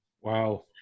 Wow